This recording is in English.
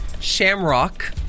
shamrock